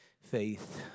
faith